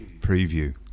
Preview